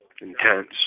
intense